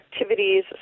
activities